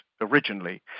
originally